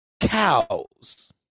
cows